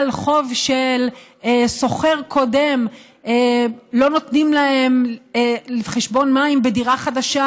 חוב של שוכר קודם לא נותנים להם חשבון מים בדירה חדשה,